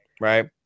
right